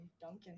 Duncan